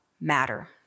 matter